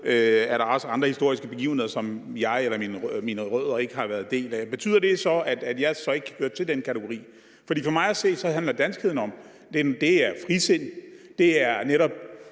er der også andre historiske begivenheder, som jeg med mine rødder ikke har været en del af. Betyder det så, at jeg ikke hører til den kategori? For mig at se handler om danskheden om frisind, for det